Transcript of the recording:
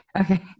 Okay